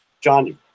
Johnny